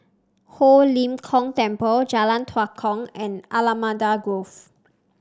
Ho Lim Kong Temple Jalan Tua Kong and Allamanda Grove